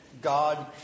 God